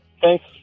thanks